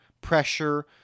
pressure